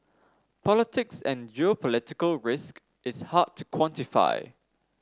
politics and geopolitical risk is hard to quantify